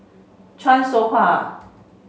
Chan Soh Ha